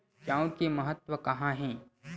चांउर के महत्व कहां हे?